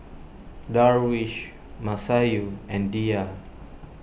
Darwish Masayu and Dhia